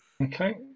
Okay